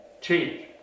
change